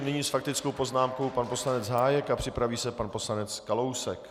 Nyní s faktickou poznámkou pan poslanec Hájek a připraví se pan poslanec Kalousek.